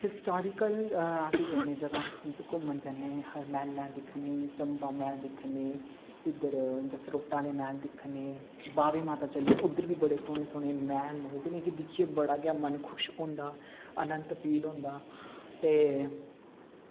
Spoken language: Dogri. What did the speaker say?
हिस्टारिकल अस जन्ने जगह घूमन जन्ने मैह्लां दिक्खने चंबा मैह्ल दिक्खने इद्धर जसरोटा दे मैह्ल दिक्खने बाह्वे माता चली जाओ उद्धर बी बड़े सौह्ने सौह्ने मैह्ल न ते जिनेंगी दिक्खियै बड़ा गै मन खुश होंदा आनंद फील होंदा ते